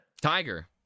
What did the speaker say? Tiger